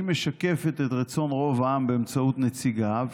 היא משקפת את רצון רוב העם באמצעות נציגיו.